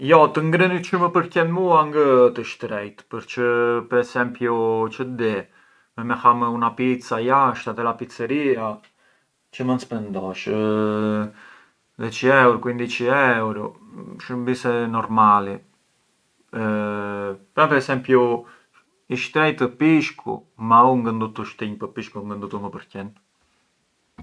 Jo të ngrënit çë më përqen mua ngë ë të shtrejt, përçë per esempiu çë di, ham una pizza jashta te na pizzeria, çë mënd spëndosh, dheçi euru, quindici euru, shurbise normali, ad esempiu i shtrejt ë pishku, ma u ngë ndutu shtinj për pishkun, ngë ndutu më përqen.